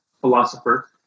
philosopher